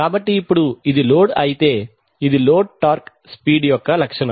కాబట్టి ఇప్పుడు ఇది లోడ్ అయితే ఇది లోడ్ టార్క్ స్పీడ్ యొక్క లక్షణం